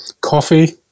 coffee